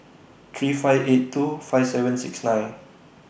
three five eight two five seven six nine